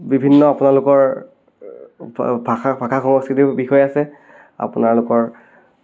বিভিন্ন আপোনালোকৰ ভাষা ভাষা সংস্কৃতিৰ বিষয়ে আছে আপোনালোকৰ